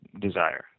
desire